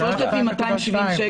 זה הולך לפי 270 שקל,